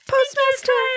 Postmaster